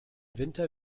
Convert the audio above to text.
winter